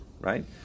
Right